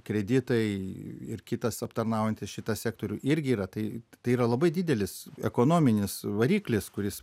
kreditai ir kitas aptarnaujantis šitą sektorių irgi yra taip tai yra labai didelis ekonominis variklis kuris